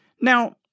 Now